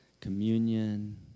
communion